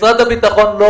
משרד הביטחון לא